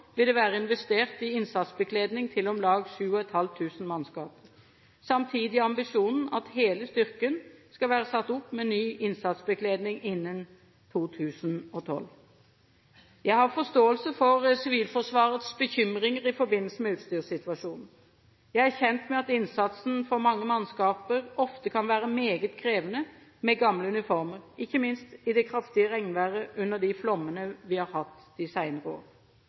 vil det være investert i innsatsbekledning til om lag 7 500 mannskaper. Samtidig er ambisjonen at hele styrken skal være satt opp med ny innsatsbekledning innen 2012. Jeg har forståelse for Sivilforsvarets bekymringer i forbindelse med utstyrssituasjonen. Jeg er kjent med at innsatsen for mange mannskaper ofte kan være meget krevende, med gamle uniformer, ikke minst i det kraftige regnværet under de flommene vi har hatt de senere år.